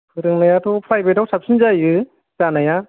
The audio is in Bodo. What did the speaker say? फोरोंनायाथ' प्राइभेथाव साबसिन जायो जानाया